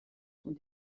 sont